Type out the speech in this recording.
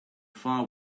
far